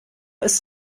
ist